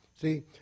See